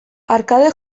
arkade